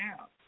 out